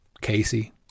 Casey